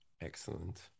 Excellent